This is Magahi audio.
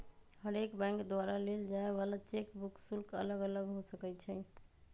हरेक बैंक द्वारा लेल जाय वला चेक बुक शुल्क अलग अलग हो सकइ छै